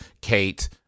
kate